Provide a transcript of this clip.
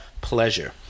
pleasure